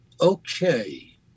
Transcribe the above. Okay